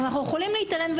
אנחנו יכולים להתעלם,